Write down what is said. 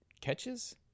catches